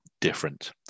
different